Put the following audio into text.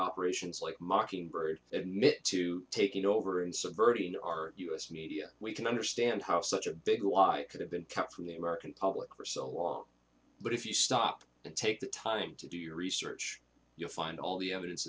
operations like mockingbird admit to taking over and subverting our us media we can understand how such a big lie could have been kept from the american public for so long but if you stop and take the time to do your research you'll find all the evidence